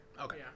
Okay